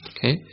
Okay